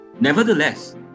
Nevertheless